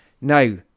now